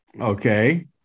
Okay